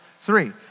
three